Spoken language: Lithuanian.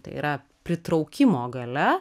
tai yra pritraukimo galia